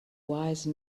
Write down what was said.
wise